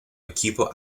equipo